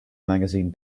magazine